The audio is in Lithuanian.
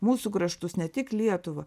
mūsų kraštus ne tik lietuvą